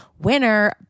winner